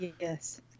Yes